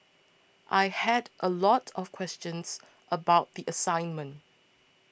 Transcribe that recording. I had a lot of questions about the assignment